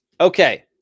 Okay